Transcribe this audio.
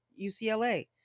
UCLA